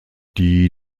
die